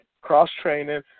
cross-training